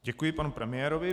Děkuji panu premiérovi.